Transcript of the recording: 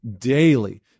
daily